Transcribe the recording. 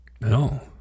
No